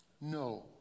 no